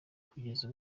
kugeza